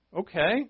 Okay